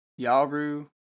yaru